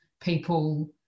people